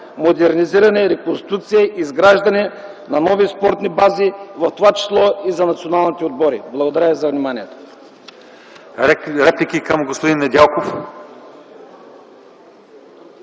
модернизиране, реконструкция и изграждане на нови спортни бази, в това число и за националните отбори. Благодаря.